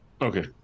Okay